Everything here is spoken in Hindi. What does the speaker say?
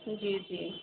जी जी